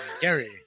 Gary